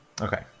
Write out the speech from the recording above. okay